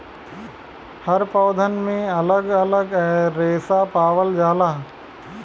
हर पौधन में अलग अलग रेसा पावल जाला